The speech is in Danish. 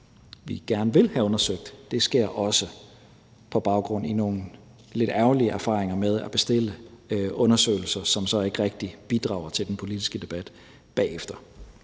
vi gerne vil have undersøgt – det sker bl.a. på baggrund af nogle lidt ærgerlige erfaringer med at bestille undersøgelser på udlændingeområdet, som så ikke rigtig bidrager til den politiske debat bagefter.